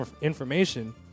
information